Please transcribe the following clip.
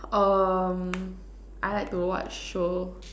um I like to watch show